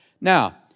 Now